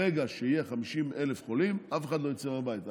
ברגע שיהיו 50,000 חולים, אף אחד לא יצא מהבית.